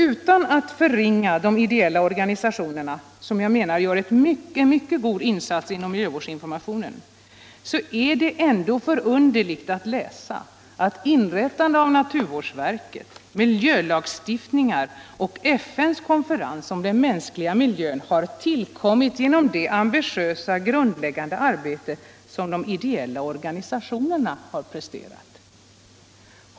Utan att förringa de ideella organisationerna, som jag menar gör en mycket god insats inom miljövårdsinformationen, vill jag ändå säga att det är förunderligt att läsa att inrättandet av naturvårdsverket, miljölagstiftningen och FN:s konferens om den mänskliga miljön har tillkommit genom det ambitiösa, grundläggande arbete som de ideella organisationerna har presterat.